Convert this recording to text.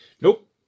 Nope